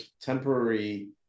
temporary